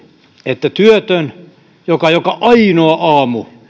että työtöntä joka joka ainoa aamu